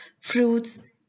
fruits